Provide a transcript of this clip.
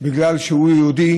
בגלל שהוא יהודי